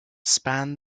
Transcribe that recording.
span